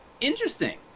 interesting